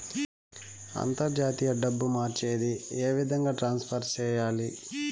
అంతర్జాతీయ డబ్బు మార్చేది? ఏ విధంగా ట్రాన్స్ఫర్ సేయాలి?